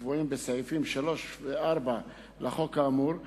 הקבועים בסעיפים 3 ו-4 לחוק האמור,